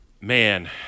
Man